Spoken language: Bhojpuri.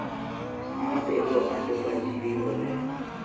साप एगो अंड परजीवी होले